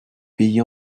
pays